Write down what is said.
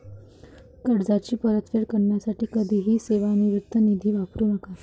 कर्जाची परतफेड करण्यासाठी कधीही सेवानिवृत्ती निधी वापरू नका